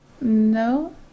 No